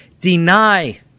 deny